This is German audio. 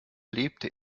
lebte